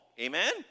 Amen